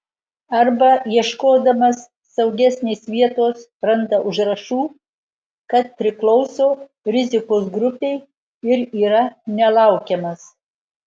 arba ieškodamas saugesnės vietos randa užrašų kad priklauso rizikos grupei ir yra nelaukiamas